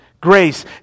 Grace